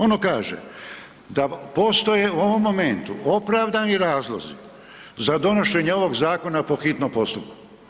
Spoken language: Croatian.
Ono kaže, da postoje u ovom momentu opravdani razlozi za donošenje ovog zakona po hitnom postupku.